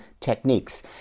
techniques